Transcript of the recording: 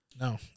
No